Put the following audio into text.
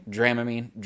Dramamine